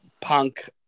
Punk